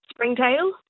springtail